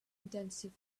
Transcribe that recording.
intensive